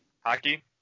Hockey